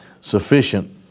sufficient